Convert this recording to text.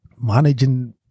managing